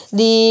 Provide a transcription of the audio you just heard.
di